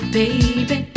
baby